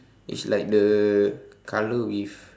it's like the color with